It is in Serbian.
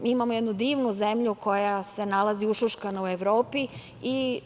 Imamo jednu divnu zemlju koja se nalazi ušuškano u Evropi.